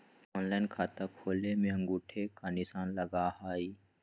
Online खाता खोले में अंगूठा के निशान लगहई?